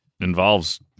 involves